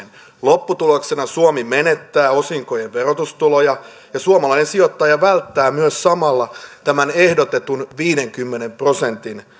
lopputuloksena suomi menettää osinkojen verotustuloja ja suomalainen sijoittaja välttää myös samalla tämän ehdotetun viidenkymmenen prosentin